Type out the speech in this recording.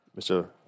Mr